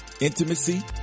intimacy